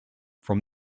from